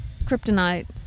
kryptonite